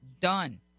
Done